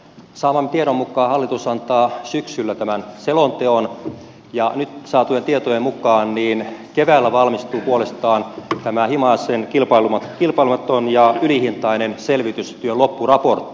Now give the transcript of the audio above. saamamme tiedon mukaan hallitus antaa syksyllä tämän selonteon ja nyt saatujen tietojen mukaan keväällä valmistuu puolestaan tämä himasen kilpailematon ja ylihintainen selvitystyön loppuraportti